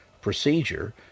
procedure